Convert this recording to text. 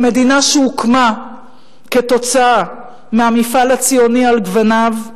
במדינה שהוקמה כתוצאה מהמפעל הציוני על גווניו,